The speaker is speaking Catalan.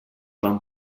van